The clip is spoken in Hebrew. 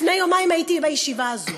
לפני יומיים הייתי בישיבה הזאת.